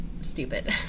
stupid